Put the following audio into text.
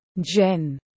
jen